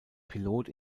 pilot